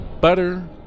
Butter